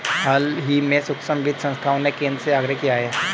हाल ही में सूक्ष्म वित्त संस्थाओं ने केंद्र से आग्रह किया है